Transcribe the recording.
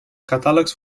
catàlegs